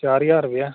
चार ज्हार रपेआ